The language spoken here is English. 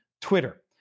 Twitter